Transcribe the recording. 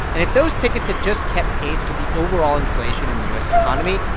and if those tickets had just kept pace with the overall inflation in the u s. economy,